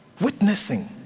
Witnessing